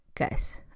guys